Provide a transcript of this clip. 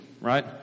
Right